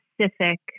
specific